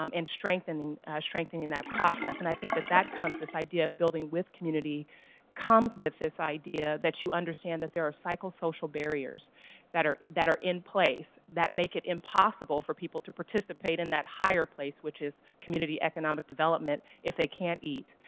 um strengthening strengthening that process. and i think that that comes this idea of building with community comes with this idea that you under that there are psycho social barriers that are that are in place that make it impossible for people to participate in that higher place, which is community economic development if they can't eat,